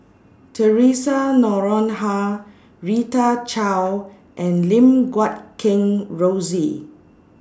Theresa Noronha Rita Chao and Lim Guat Kheng Rosie